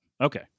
okay